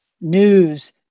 news